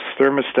thermostat